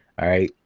all right?